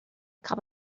cup